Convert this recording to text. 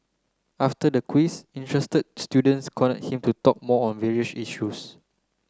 after the quiz interested students him to talk more on various issues